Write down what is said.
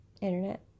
internet